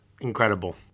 incredible